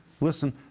Listen